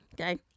okay